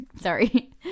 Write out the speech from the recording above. Sorry